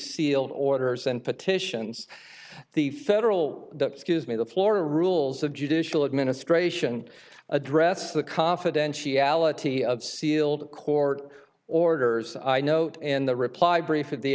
sealed orders and petitions the federal scuse me the floor rules of judicial administration address the confidentiality of sealed court orders i note in the reply brief of the